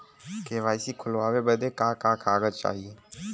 KYC खोलवावे बदे का का कागज चाही?